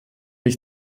ich